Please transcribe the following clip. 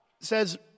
says